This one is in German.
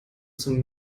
zum